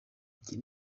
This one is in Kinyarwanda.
iki